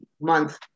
month